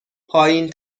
پایین